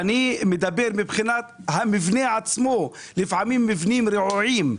אני מדבר על המבנה עצמו כאשר לפעמים אלה מבנים רעועים,